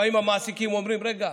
באים המעסיקים ואומרים: רגע,